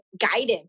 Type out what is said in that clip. guidance